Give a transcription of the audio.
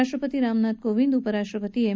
राष्ट्रपती रामनाथ कोविंद उपराष्ट्रपती एम